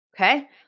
Okay